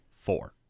Four